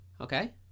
okay